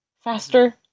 faster